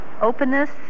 openness